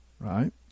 right